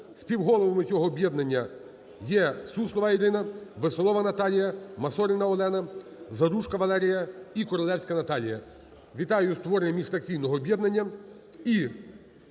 Співголовами цього об'єднання є Суслова Ірина, Веселова Наталія, Масоріна Олена, Заружко Валерія і Королевська Наталія. Вітаю із створенням міжфракційного об'єднання.